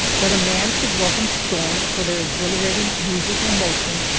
that a man should welcome storms for their exhilarating music and motion,